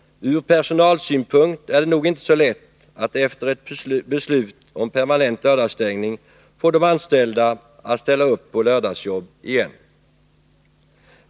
Ur personalsynpunkt är det nog inte så lätt att efter ett beslut om permanent lördagsstängning få de anställda att ställa upp på lördagsjobb igen.